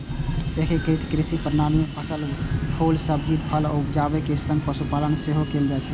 एकीकृत कृषि प्रणाली मे फसल, फूल, सब्जी, फल के उपजाबै के संग पशुपालन सेहो कैल जाइ छै